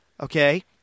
Okay